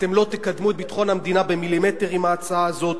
אתם לא תקדמו את ביטחון המדינה במילימטר עם ההצעה הזאת,